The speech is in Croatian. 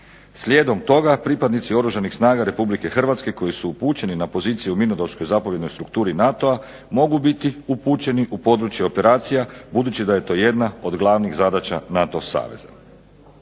Slijedom toga pripadnici Oružanih snaga Republike Hrvatske koji su upućeni na poziciju u mirnodopskoj zapovjednoj strukturi NATO-a mogu biti upućeni u područje operacija budući da je to jedna od glavnih zadaća NATO saveza.